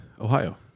Ohio